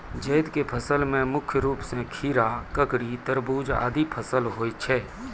जैद क फसल मे मुख्य रूप सें खीरा, ककड़ी, तरबूज आदि फसल होय छै